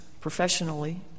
professionally